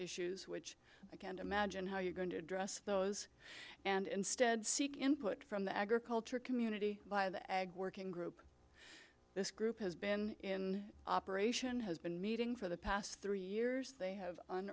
issues which i can't imagine how you're going to address those and instead seek input from the agriculture community by the ag working group this group has been operation has been meeting for the past three years they have